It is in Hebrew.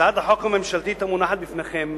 הצעת החוק הממשלתית המונחת לפניכם